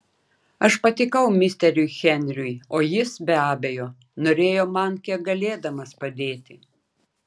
aš patikau misteriui henriui o jis be abejo norėjo man kiek galėdamas padėti